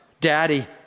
Daddy